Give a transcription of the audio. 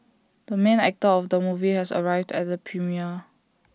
the main actor of the movie has arrived at the premiere